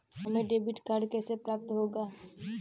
हमें debit card कैसे प्राप्त होगा?